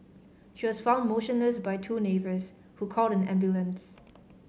she was found motionless by two neighbours who called an ambulance